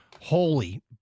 Holy